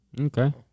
Okay